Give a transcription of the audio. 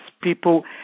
people